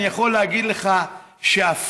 אני יכול להגיד לך שה-flat